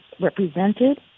represented